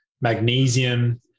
magnesium